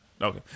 Okay